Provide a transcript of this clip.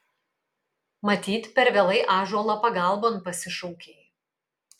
matyt per vėlai ąžuolą pagalbon pasišaukei